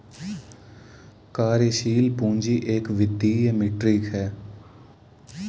कार्यशील पूंजी एक वित्तीय मीट्रिक है